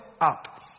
up